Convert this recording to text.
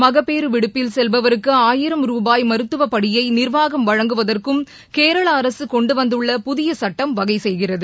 மகப்பேறு விடுப்பில் செவ்பவருக்கு ஆயிரம் ரூபாய் மருத்துவப்படியை நிர்வாகம் வழங்குவதற்கும் கேரள அரசு கொண்டுவந்துள்ள புதிய சுட்டம் வகைசெய்கிறது